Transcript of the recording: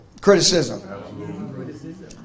criticism